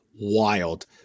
wild